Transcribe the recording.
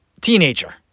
Teenager